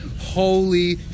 Holy